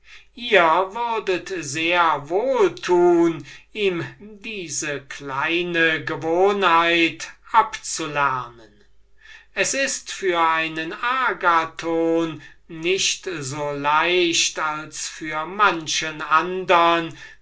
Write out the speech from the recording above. ihr sehr wohl tun ihm diese kleine gewohnheit abzulernen es ist für einen agathon nicht so leicht als für